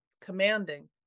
commanding